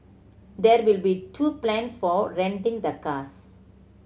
there will be two plans for renting the cars